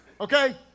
Okay